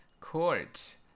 court